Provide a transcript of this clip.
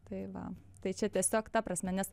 tai va tai čia tiesiog ta prasme nes